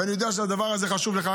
ואני יודע שהדבר הזה חשוב לך.